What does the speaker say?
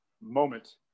moment